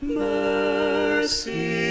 mercy